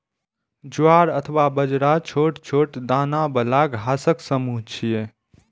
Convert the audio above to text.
ज्वार अथवा बाजरा छोट छोट दाना बला घासक समूह छियै